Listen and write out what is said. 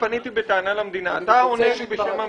פניתי בטענה למדינה, אתה עונה לי בשם המדינה?